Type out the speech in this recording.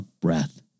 breath